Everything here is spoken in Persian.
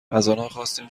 خواستیم